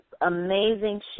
amazing